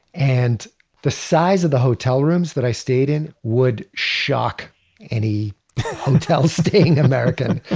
and the size of the hotel rooms that i stayed in would shock any hotel-staying american.